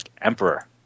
Emperor